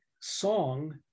song